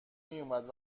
میومد